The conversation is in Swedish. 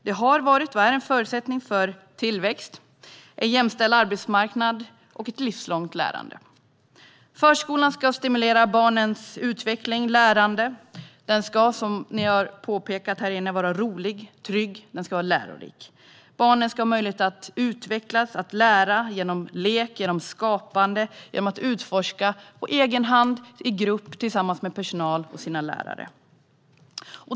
Det har varit, och är, en förutsättning för tillväxt, en jämställd arbetsmarknad och ett livslångt lärande. Förskolan ska stimulera barnens utveckling och lärande. Den ska vara rolig, trygg och lärorik. Barnen ska få möjlighet att lära och utvecklas genom att leka, skapa och utforska på egen hand, i grupp och tillsammans med personal och lärare.